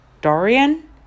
Dorian